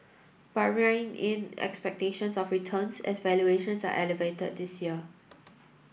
but rein in expectations of returns as valuations are elevated this year